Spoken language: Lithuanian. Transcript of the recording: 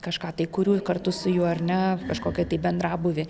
kažką tai kuriu kartu su juo ar ne kažkokį tai bendrabūvį